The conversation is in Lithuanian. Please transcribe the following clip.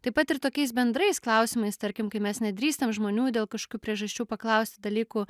taip pat ir tokiais bendrais klausimais tarkim kai mes nedrįstam žmonių dėl kažkokių priežasčių paklausti dalykų